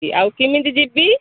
କି ଆଉ କିମିତି ଯିବି